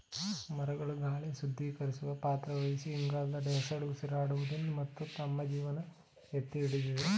ಮರಗಳು ಗಾಳಿ ಶುದ್ಧೀಕರಿಸುವ ಪಾತ್ರ ವಹಿಸಿ ಇಂಗಾಲದ ಡೈಆಕ್ಸೈಡ್ ಉಸಿರಾಡುವುದು ಮತ್ತು ನಮ್ಮ ಜೀವನ ಎತ್ತಿಹಿಡಿದಿದೆ